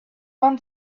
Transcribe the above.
want